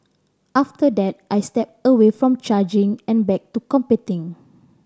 after that I stepped away from judging and back to competing